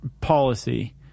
policy